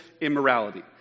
immorality